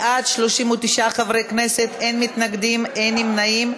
בעד, 39 חברי כנסת, אין מתנגדים, אין נמנעים.